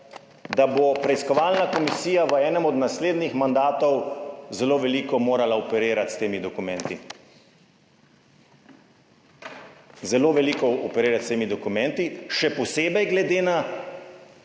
da bo preiskovalna komisija v enem od naslednjih mandatov zelo veliko morala operirati s temi dokumenti, zelo veliko operirati s temi dokumenti, še posebej glede na